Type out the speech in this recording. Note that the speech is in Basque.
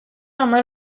hamar